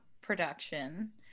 production